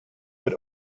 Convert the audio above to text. but